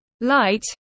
Light